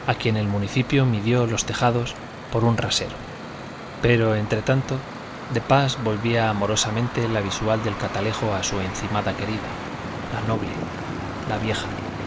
a quien el municipio midió los tejados por un rasero pero entre tanto de pas volvía amorosamente la visual del catalejo a su encimada querida la noble la vieja